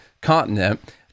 continent